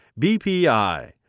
BPI